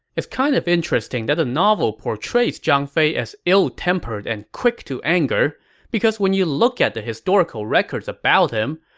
it's kind of interesting that the novel portrays zhang fei as ill-tempered and quick-to-anger, because when you look at the historical records about him,